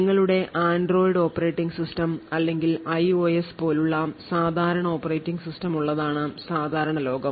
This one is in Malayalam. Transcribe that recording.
നിങ്ങളുടെ ആൻഡ്രോയിഡ് ഓപ്പറേറ്റിംഗ് സിസ്റ്റം അല്ലെങ്കിൽ ഐഒഎസ് പോലുള്ള സാധാരണ ഓപ്പറേറ്റിംഗ് സിസ്റ്റം ഉള്ളതാണ് സാധാരണ ലോകം